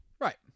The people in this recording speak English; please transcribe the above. Right